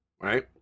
right